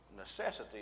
necessity